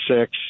six